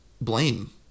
blame